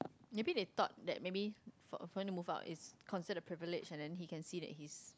maybe they thought that maybe for for you to move on is consist of privilege and then he can see that he